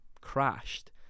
crashed